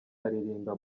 aririmba